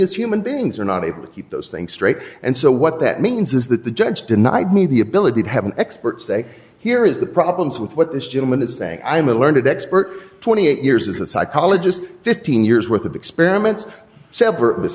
as human beings are not able to keep those things straight and so what that means is that the judge denied me the ability to have an expert say here is the problems with what this gentleman is saying i'm a learned expert twenty eight years as a psychologist fifteen years worth of experiments se